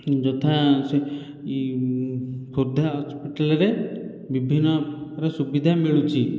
ଯଥା ସେ ଖୋର୍ଦ୍ଧା ହସପିଟାଲରେ ବିଭିନ୍ନ ପୁରା ସୁବିଧା ମିଳୁଛି